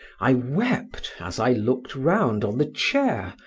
i wept as i looked round on the chair,